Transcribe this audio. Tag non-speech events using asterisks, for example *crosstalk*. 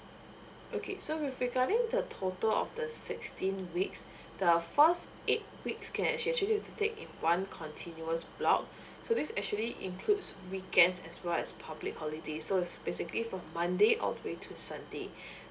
okay so with regarding the total of the sixteen weeks *breath* the first eight weeks can actually to take in one continuous block *breath* so this actually includes weekends as well as public holiday so is basically from monday all the way to sunday